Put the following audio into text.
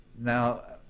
Now